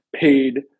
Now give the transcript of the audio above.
paid